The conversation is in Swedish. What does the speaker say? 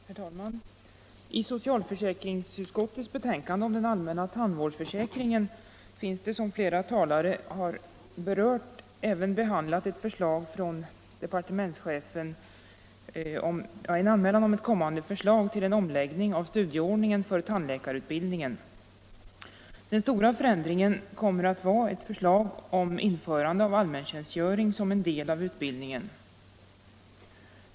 Herr talman! I socialförsäkringsutskottets betänkande om den allmänna tandvårdsförsäkringen behandlas, som flera talare framhållit, även en anmälan från departementschefen av ett kommande förslag till omläggning av studieordningen för tandläkarutbildningen. Den stora förändringen där gäller införande av allmäntjänstgöring som en del av utbildningen.